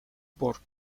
por